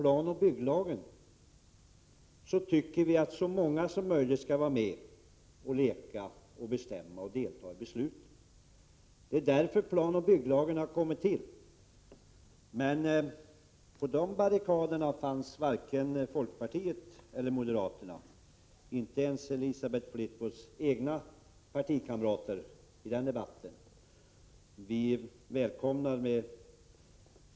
Låt mig bara säga att vi tycker att så många som möjligt skall vara med och leka och delta i besluten när det gäller planoch bygglagen — det är därför lagen har kommit till. Men i den debatten har varken folkpartiet eller moderaterna, dvs. inte ens Elisabeth Fleetwoods egna partikamrater, funnits med på barrikaderna.